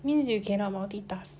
means you cannot multitask